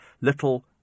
little